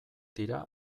dira